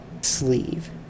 sleeve